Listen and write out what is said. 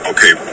Okay